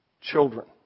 children